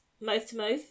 mouth-to-mouth